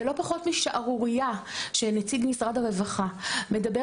זה לא פחות משערורייה שנציג משרד הרווחה מדבר